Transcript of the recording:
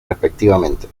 respectivamente